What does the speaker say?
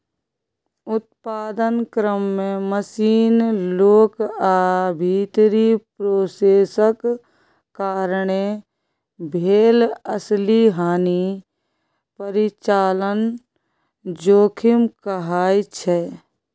उत्पादन क्रम मे मशीन, लोक आ भीतरी प्रोसेसक कारणेँ भेल असली हानि परिचालन जोखिम कहाइ छै